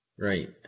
Right